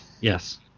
Yes